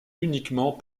uniquement